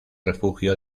refugio